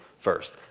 first